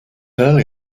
early